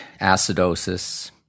acidosis